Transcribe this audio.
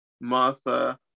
Martha